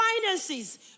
finances